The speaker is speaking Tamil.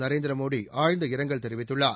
நரேந்திரமோடி ஆழ்ந்த இரங்கல் தெரிவித்துள்ளார்